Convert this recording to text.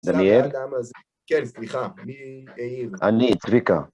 ‫דניאל? ‫-כן, סליחה, מי העיר? ‫-אני, צביקה.